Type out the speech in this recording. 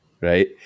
right